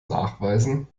nachweisen